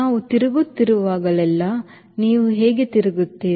ನೀವು ತಿರುಗುತ್ತಿರುವಾಗಲೆಲ್ಲಾ ನೀವು ಹೇಗೆ ತಿರುಗುತ್ತೀರಿ